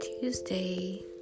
tuesday